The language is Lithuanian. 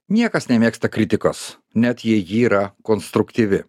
niekas nemėgsta kritikos net jei ji yra konstruktyvi